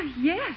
Yes